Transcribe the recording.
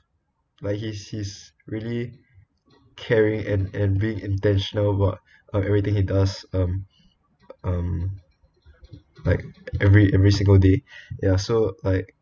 like he's he's really caring and and being intentional about uh everything he does um um like every every single day ya so like